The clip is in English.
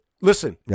Listen